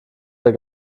der